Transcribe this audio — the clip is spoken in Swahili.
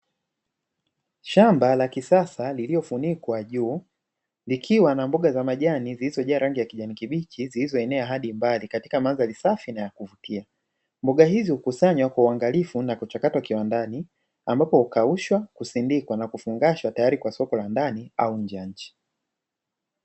Shamba la kisasa lililofunikwa juu likiwa na mboga za majani zilizojaa rangi ya kijani kibichi zilizoenea hadi mbali katika mandhari safi na ya kuvutia. Mboga hizi hukusanywa kwa uangalifu na huchakatwa kiwandani, ambapo hukaushwa, husindikwa na hufungashwa tayari kwa soko la ndani au nje ya nchi.